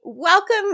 Welcome